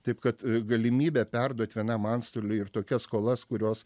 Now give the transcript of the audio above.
taip kad galimybė perduot vienam antstoliui ir tokias skolas kurios